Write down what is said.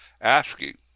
asking